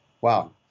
wow